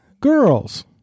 girls